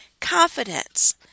confidence